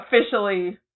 officially